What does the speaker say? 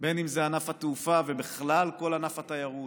בין אם זה ענף התעופה ובכלל כל ענף התיירות,